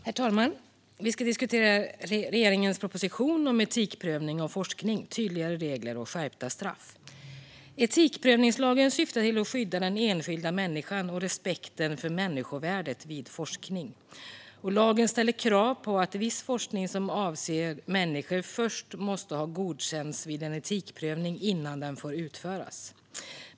Herr talman! Vi ska diskutera regeringens proposition Etikprövning av forskning - tydligare regler och skärpta straff . Etikprövningslagen syftar till att skydda den enskilda människan och respekten för människovärdet vid forskning. Lagen ställer krav på att viss forskning som avser människor först måste ha godkänts vid en etikprövning innan den får utföras.